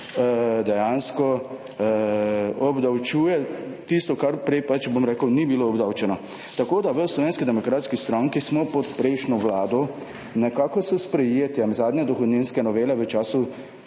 dejansko obdavčuje tisto, kar prej ni bilo obdavčeno. Tako, da v Slovenski demokratski stranki smo pod prejšnjo vlado nekako s sprejetjem zadnje dohodninske novele v času